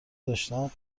داشتم